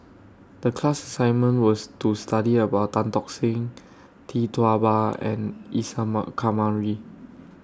The class assignment was to study about Tan Tock Seng Tee Tua Ba and Isa Kamari